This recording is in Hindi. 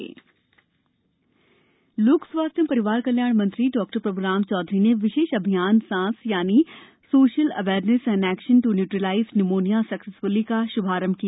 सांस अभियान लोक स्वास्थ्य एवं परिवार कल्याण मंत्री डॉ प्रभुराम चौधरी विशेष अभियान सांस यानि social awareness and action to neutralise pneumonia successfully का श्भारंभ किया